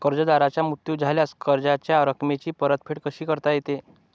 कर्जदाराचा मृत्यू झाल्यास कर्जाच्या रकमेची परतफेड कशी करता येते?